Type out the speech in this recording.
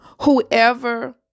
whoever